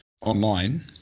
online